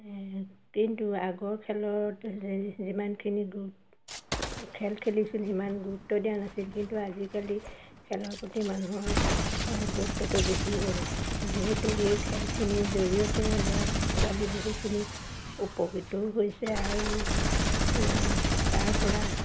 কিন্তু আগৰ খেলত যিমানখিনি দু খেল খেলিছিল সিমান গুৰুত্ব দিয়া নাছিল কিন্তু আজিকালি খেলৰ প্ৰতি মানুহৰ গুৰুত্বটো বেছি হ'ল যিহেতু এই খেলখিনিৰ জৰিয়তে ল'ৰা ছোৱালী বহুখিনি উপকৃতও হৈছে আৰু তাৰ পৰা